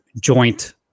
joint